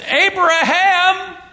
Abraham